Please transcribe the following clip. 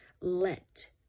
Let